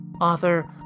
author